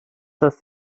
dass